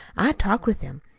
i talked with him.